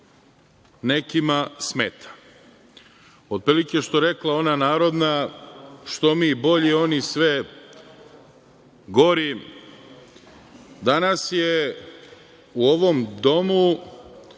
nekima smeta. Otprilike što je rekla ona narodna – što mi bolji, oni sve gori. Danas je u ovom domu